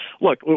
look